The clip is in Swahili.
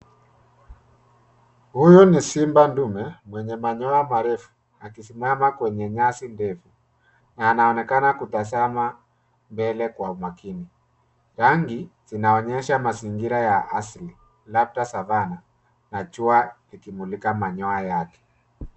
Huyu ni simba ndume mwenye manyoya marefu, akisimama kwenye nyasi ndefu, na anaonekana kutazama mbele kwa umakini. Rangi zinaonyesha mazingira ya asili, labda Savanna, na jua ikimulika manyoya yake.